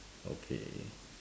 okay